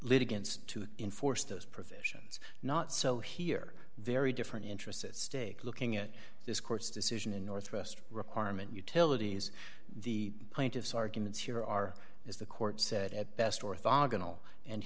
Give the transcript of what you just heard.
igants to enforce those provisions not so here very different interests at stake looking at this court's decision in northwest requirement utilities the plaintiffs arguments here are is the court said a